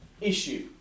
issue